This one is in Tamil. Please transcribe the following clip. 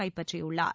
கைப்பற்றியுள்ளார்